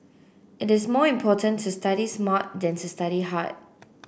it is more important to study smart than to study hard